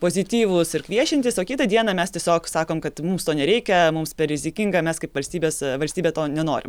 pozityvūs ir kviečiantys o kitą dieną mes tiesiog sakom kad mums to nereikia mums per rizikinga mes kaip valstybės valstybė to nenorim